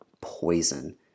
poison